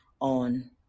on